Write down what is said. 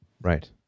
right